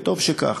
וטוב שכך.